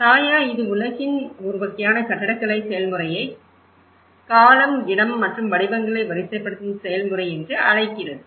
சாயா இது உலகின் ஒரு வகையான கட்டடக்கலை செயல்முறையை காலம் இடம் மற்றும் வடிவங்களை வரிசைப்படுத்தும் செயல்முறை என்று அழைக்கிறது